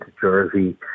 Jersey